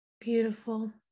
Beautiful